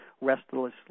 Restless